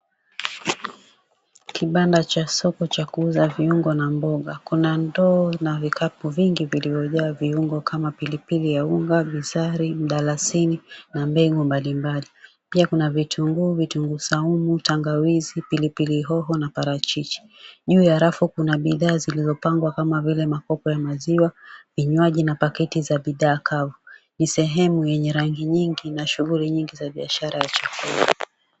Kibanda cha soko cha kuuza viungo na mboga kuna ndoo na vikapu vingi vilivyojaa viungo kama pilipili ya unga, bizari, mdalasini na mengi mbalimbali pia kuna vitunguu, vitunguu saumu, tangawizi, pilipili hoho na parachichi, juu ya rafu kuna bidhaa zilizopangwa kama vile makopo ya maziwa, vinywaji na paketi za bidhaa kavu ni sehemu yenye rangi nyingi na shughuli nyingi za biashara ya chakula.